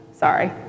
sorry